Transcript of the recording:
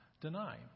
deny